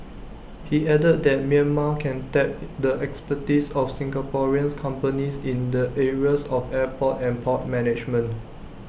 he added that Myanmar can tap the expertise of Singaporean companies in the areas of airport and port management